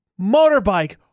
motorbike